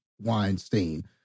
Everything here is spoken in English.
Weinstein